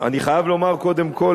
אני חייב לומר קודם כול,